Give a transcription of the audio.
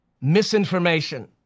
misinformation